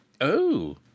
Oh